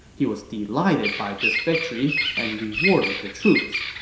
he was delighted by this victory and rewarded the troops.